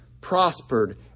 prospered